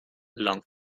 langt